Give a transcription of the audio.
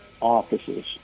offices